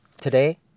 today